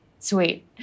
Sweet